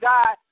God